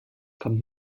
kommt